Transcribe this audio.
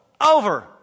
over